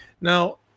Now